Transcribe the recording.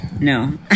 No